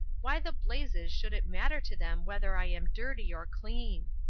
why the blazes should it matter to them whether i am dirty or clean.